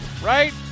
right